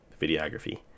videography